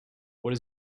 what